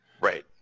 right